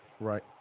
Right